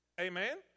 Amen